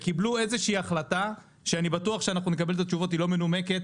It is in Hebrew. קיבלו איזושהי החלטה שאני בטוח שכשנקבל את התשובות היא לא תהיה מנומקת,